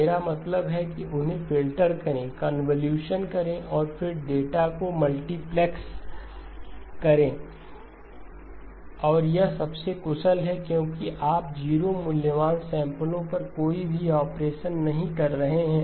मेरा मतलब है कि उन्हें फ़िल्टर करें कन्वॉल्यूशन करें और फिर डेटा को मल्टीप्लेक्स करें और यह सबसे कुशल है क्योंकि आप 0 मूल्यवान सैंपलो पर कोई भी ऑपरेशन नहीं कर रहे हैं